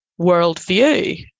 worldview